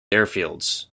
airfields